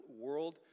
world